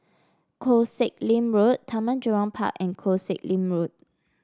Koh Sek Lim Road Taman Jurong Park and Koh Sek Lim Road